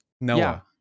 Noah